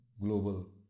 global